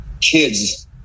kids